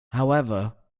however